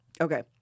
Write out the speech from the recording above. okay